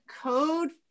code